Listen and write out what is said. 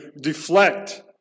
deflect